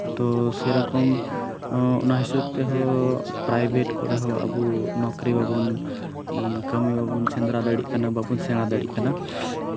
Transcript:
ᱛᱚ ᱥᱮᱨᱚᱠᱚᱢ ᱚᱱᱟ ᱦᱤᱥᱟᱹᱵᱽ ᱛᱮᱦᱚᱸ ᱯᱨᱟᱭᱵᱷᱮᱴ ᱠᱚᱨᱮᱦᱚᱸ ᱟᱵᱚ ᱱᱚᱠᱨᱤ ᱵᱟᱵᱚᱱ ᱠᱟᱹᱢᱤ ᱵᱟᱵᱚᱱ ᱥᱮᱸᱫᱽᱨᱟ ᱫᱟᱲᱮᱭᱟᱜ ᱠᱟᱱᱟ ᱵᱟᱵᱚᱱ ᱥᱮᱬᱟ ᱫᱟᱲᱮᱜ ᱠᱟᱱᱟ